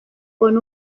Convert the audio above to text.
con